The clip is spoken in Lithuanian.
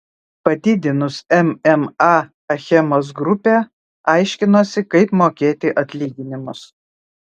padidinus mma achemos grupė aiškinosi kaip mokėti atlyginimus